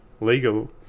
legal